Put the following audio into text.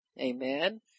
Amen